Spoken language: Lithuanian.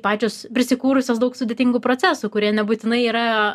pačios prisikūrusios daug sudėtingų procesų kurie nebūtinai yra